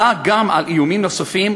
אלא גם על איומים נוספים,